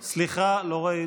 סליחה, לא ראיתי.